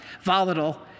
volatile